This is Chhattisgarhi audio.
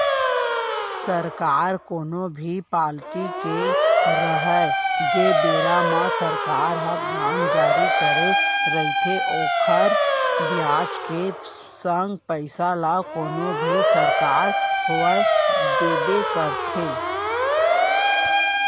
सरकार कोनो भी पारटी के रहय जेन बेरा म सरकार ह बांड जारी करे रइथे ओखर बियाज के संग पइसा ल कोनो भी सरकार होवय देबे करथे